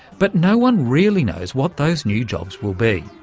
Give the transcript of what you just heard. but no-one really knows what those new jobs will be,